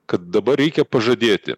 kad dabar reikia pažadėti